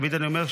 תמיד אני אומר,